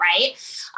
right